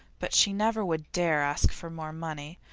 but she never would dare ask for more money.